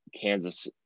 Kansas